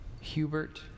Hubert